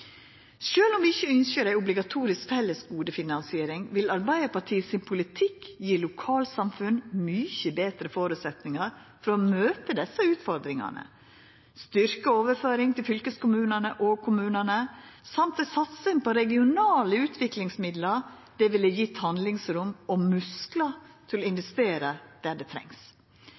om vi ikkje ynskjer ei obligatorisk fellesgodefinansiering, vil Arbeidarpartiets politikk gje lokalsamfunn mykje betre føresetnader for å møta desse utfordringane. Styrkt overføring til fylkeskommunane og kommunane og ei satsing på regionale utviklingsmidlar ville gjeve handlingsrom og musklar til å investera der det trengst.